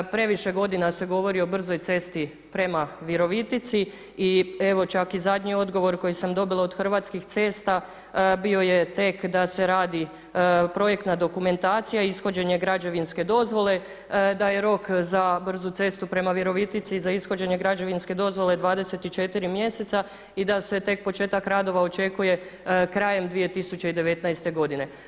Previše godina se govori o brzoj cesti prema Virovitici i evo čak i zadnji odgovor koji sam dobila od Hrvatskih cesta bio je tek da se radi projektna dokumentacija i ishođenje građevinske dozvole, da je rok za brzu cestu prema Virovitici za ishođenje građevinske dozvole 24 mjeseca i da se tek početak radova očekuje krajem 2019. godine.